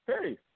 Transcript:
Hey